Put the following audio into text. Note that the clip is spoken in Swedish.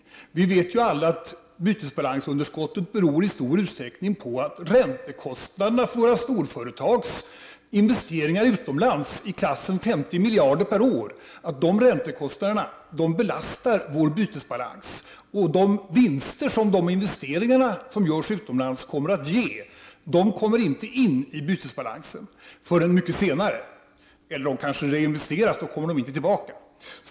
Alla vet att bytesbalansunderskottet i stor utsträckning beror på att räntekostnaderna för de svenska storföretagens investeringar utomlands i klassen 50 miljarder per år belastar vår bytesbalans. De vinster som de investeringar som görs utomlands ger kommer inte in i bytesbalansen förrän mycket senare. Om de reinvesteras kommer de inte tillbaka.